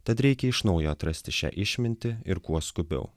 tad reikia iš naujo atrasti šią išmintį ir kuo skubiau